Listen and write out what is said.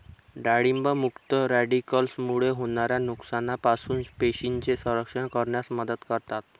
डाळिंब मुक्त रॅडिकल्समुळे होणाऱ्या नुकसानापासून पेशींचे संरक्षण करण्यास मदत करतात